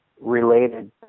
related